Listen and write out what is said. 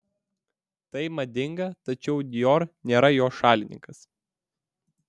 tai madinga tačiau dior nėra jo šalininkas